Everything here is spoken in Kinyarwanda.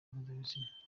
mpuzabitsina